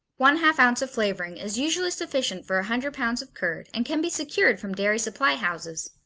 one-half ounce of flavoring is usually sufficient for a hundred pounds of curd and can be secured from dairy supply houses.